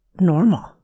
normal